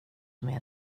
med